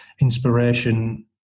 inspiration